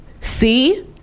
see